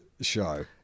show